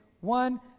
one